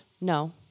no